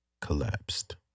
collapsed